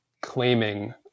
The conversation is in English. claiming